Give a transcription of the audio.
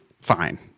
fine